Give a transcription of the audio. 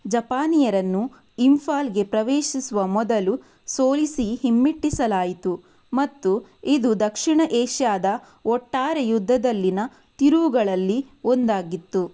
ಜಪಾನಿಯರನ್ನು ಇಂಫಾಲ್ಗೆ ಪ್ರವೇಶಿಸುವ ಮೊದಲು ಸೋಲಿಸಿ ಹಿಮ್ಮೆಟ್ಟಿಸಲಾಯಿತು ಮತ್ತು ಇದು ದಕ್ಷಿಣ ಏಷ್ಯಾದ ಒಟ್ಟಾರೆ ಯುದ್ಧದಲ್ಲಿನ ತಿರುವುಗಳಲ್ಲಿ ಒಂದಾಗಿತ್ತು